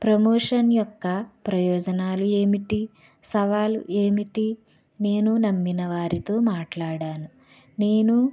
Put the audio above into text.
promotion యొక్క ప్రయోజనాలు ఏమిటి సవాలు ఏమిటి నేను నమ్మిన వారితో మాట్లాడాను నేను